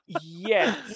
Yes